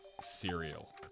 cereal